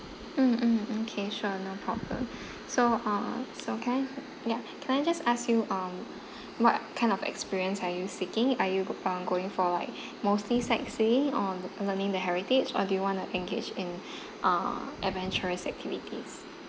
mm mm mm K sure no problem so uh so can I ya can I just ask you um what kind of experience are you seeking are you um going for like mostly sightseeing or learning the heritage or do you want to engage in uh adventurous activities